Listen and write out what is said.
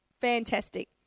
fantastic